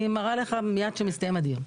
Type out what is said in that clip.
אני אראה לך מיד בתום הדיון.